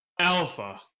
Alpha